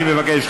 אני מבקש,